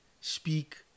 speak